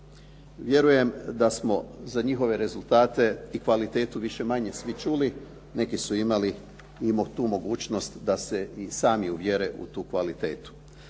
Vjerujem da smo za njihove rezultate i kvalitetu više-manje svi čuli. Neki su imali i tu mogućnost da se i sami uvjere u tu kvalitetu.